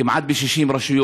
בכמעט 60 רשויות.